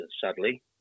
sadly